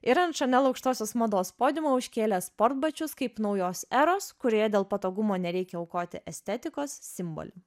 ir ant šanel aukštosios mados podiumo užkėlė sportbačius kaip naujos eros kurioje dėl patogumo nereikia aukoti estetikos simbolį